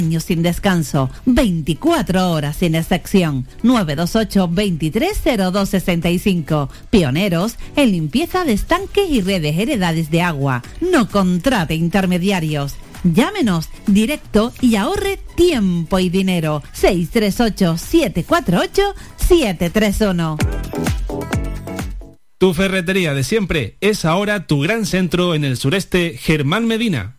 Años sin descanso, 24 horas sin excepción, 928 230265. Pioneros en limpieza de estanques y redes heredades de agua. No contrate intermediarios. Llámenos directo y ahorre tiempo y dinero. 638-748-731. Tu ferretería de siempre es ahora tu gran centro en el sureste, Germán Medina.